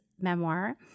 memoir